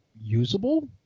usable